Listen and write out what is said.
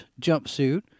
jumpsuit